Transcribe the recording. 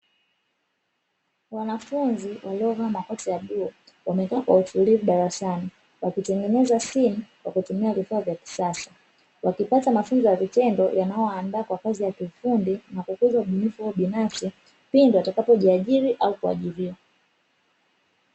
Wanafunzi waliovaa makoti ya bluu wamekaa kwa utulivu darasani wakitengeneza simu kwa kutumia vifaa vya kisasa, wakipata mafunzo ya vitendo yanayowaandaa kwa kazi ya kiufundi na kukuza ubunifu wao binafsi pindi watakapojiajiri au kuajiriwa.